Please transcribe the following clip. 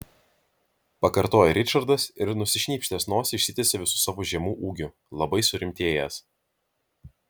pakartojo ričardas ir nusišnypštęs nosį išsitiesė visu savo žemu ūgiu labai surimtėjęs